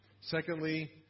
Secondly